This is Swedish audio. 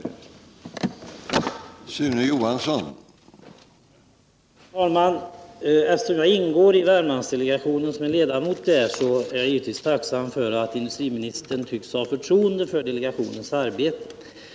Torsdagen den